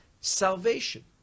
salvation